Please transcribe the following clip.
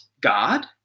God